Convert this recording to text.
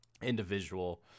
individual